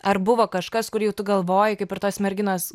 ar buvo kažkas kur jau tu galvoji kaip ir tos merginos